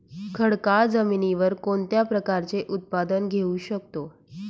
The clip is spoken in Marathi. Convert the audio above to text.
खडकाळ जमिनीवर कोणत्या प्रकारचे उत्पादन घेऊ शकतो?